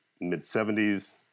mid-70s